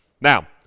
Now